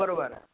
बरोबर